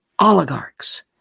oligarchs